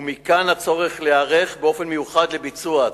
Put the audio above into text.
ומכאן הצורך להיערך באופן מיוחד לביצוע הצו.